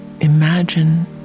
imagine